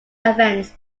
events